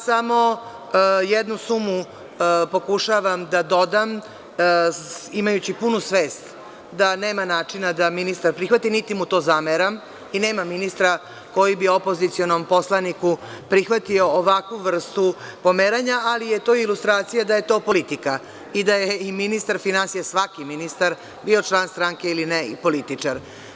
Samo jednu sumu pokušavam da dodam, imajući punu svest da nema načina da ministar prihvati, niti mu to zameram i nema ministra koji bi opozicionom poslaniku prihvatio ovakvu vrstu pomeranja, ali je to ilustracija da je to politika i da je ministar finansija, svaki ministar bio član stranke ili ne i političar.